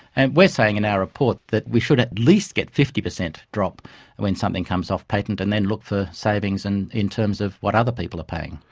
and we're saying in our report that we should at least get a fifty percent drop when something comes off patent and then look for savings and in terms of what other people are paying.